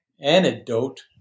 anecdote